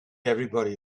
everybody